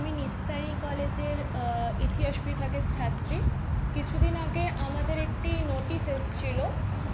আমি নিস্তারিণী কলেজের ইতিহাস বিভাগের ছাত্রী কিছুদিন আগে আমাদের একটি নোটিশ এসেছিলো